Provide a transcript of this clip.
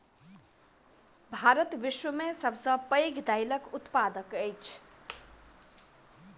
भारत विश्व में सब सॅ पैघ दाइलक उत्पादक अछि